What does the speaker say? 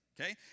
Okay